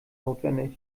notwendig